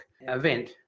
event